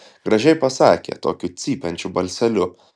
gražiai pasakė tokiu cypiančiu balseliu